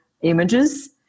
Images